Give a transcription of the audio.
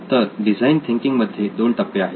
तर design thinking मध्ये दोन टप्पे आहेत